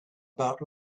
about